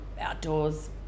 outdoors